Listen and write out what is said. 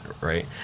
right